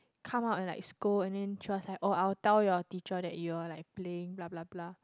come out and like scold and then just like I will tell your teacher that you're like playing blah blah blah